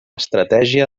estratègia